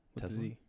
Tesla